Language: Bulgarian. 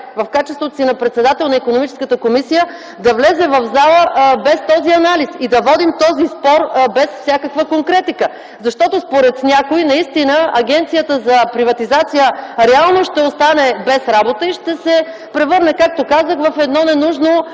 в качеството си на председател на Икономическата комисия сте допуснали този законопроект, да влезе в залата без този анализ и да водим този спор без всякаква конкретика. Защото, според някои, наистина Агенцията за приватизация реално ще остане без работа и ще се превърне, както казах, в едно ненужно